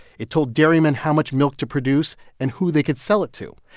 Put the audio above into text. it told dairymen how much milk to produce and who they could sell it to.